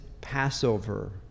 Passover